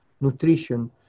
nutrition